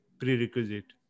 prerequisite